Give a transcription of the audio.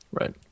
Right